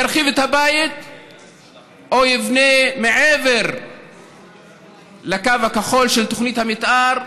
ירחיב את הבית או יבנה מעבר לקו הכחול של תוכנית המתאר,